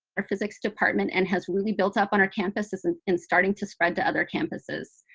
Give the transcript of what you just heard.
our physics department, and has really built up on our campuses and and starting to spread to other campuses.